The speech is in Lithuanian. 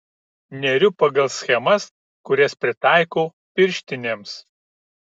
neriu pagal schemas kurias pritaikau pirštinėms